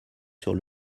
sur